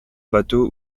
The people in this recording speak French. bateau